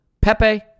Pepe